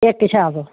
ਇਕ ਛਾਪ